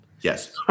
Yes